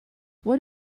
what